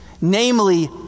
Namely